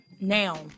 Now